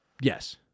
yes